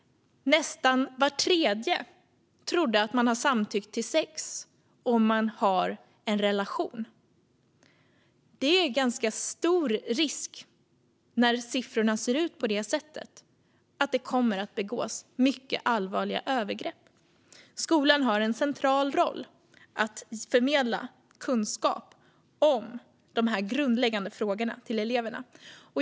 Nästan var tredje trodde att man har samtyckt till sex om man har en relation. Det är en ganska stor risk för att det kommer att begås många allvarliga övergrepp när siffrorna ser ut på det sättet. Skolan har en central roll att förmedla kunskap om dessa grundläggande frågor till eleverna.